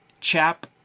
Chap